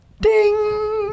Ding